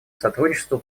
сотрудничеству